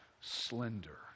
slender